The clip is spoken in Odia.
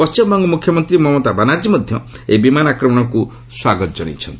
ପଣ୍ଟିମବଙ୍ଗ ମୁଖ୍ୟମନ୍ତ୍ରୀ ମମତା ବାନାର୍କୀ ମଧ୍ୟ ଏହି ବିମାନ ଆକ୍ରମଣକୁ ସ୍ୱାଗତ ଜଣାଇଛନ୍ତି